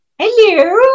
Hello